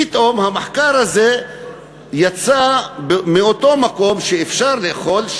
פתאום יצא מאותו מקום המחקר הזה